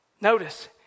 Notice